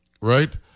right